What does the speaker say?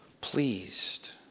pleased